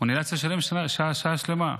נאלץ לשלם עבור שעה שלמה.